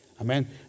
Amen